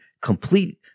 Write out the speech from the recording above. complete